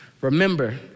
Remember